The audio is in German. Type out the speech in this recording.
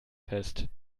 fest